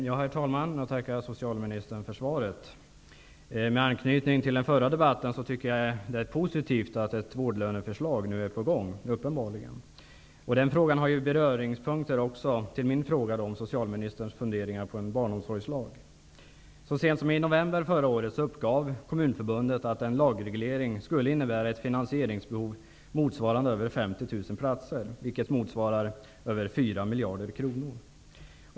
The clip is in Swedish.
Herr talman! Jag tackar socialministern för svaret. Med anknytning till den förra debatten tycker jag att det är positivt att ett vårdlöneförslag nu uppenbarligen är på gång. Den frågan har också beröringspunkter till min fråga om socialministerns funderingar om en barnomsorgslag. Så sent som i november förra året uppgav Kommunförbundet att en lagreglering skulle innebära ett finansieringsbehov motsvarande över 50 000 platser, vilket innebär över 4 miljarder kronor.